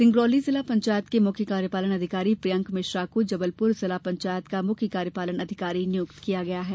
सिंगरौली जिला पंचायत के मुख्य कार्यपालन अधिकारी प्रियंक मिश्रा को जबलपुर जिला पंचायत का मुख्य कार्यपालन अधिकारी नियुक्त किया गया है